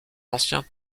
anciens